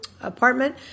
apartment